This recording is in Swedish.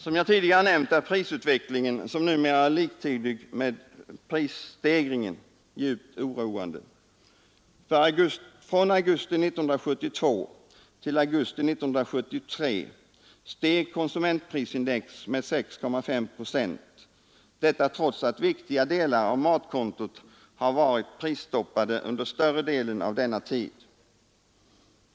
Som jag tidigare nämnt är prisutvecklingen, som numera är liktydig med prisstegringen, djupt oroande. Från augusti 1972 till augusti 1973 steg konsumentprisindex med 6,5 procent, trots att viktiga delar av matkontot har varit prisstoppade under större delen av denna tid.